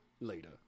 later